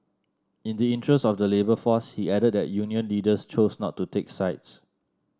in the interest of the labour force he added that union leaders chose not to take sides